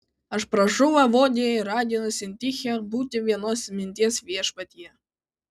aš prašau evodiją ir raginu sintichę būti vienos minties viešpatyje